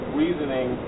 reasoning